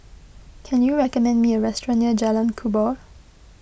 can you recommend me a restaurant near Jalan Kubor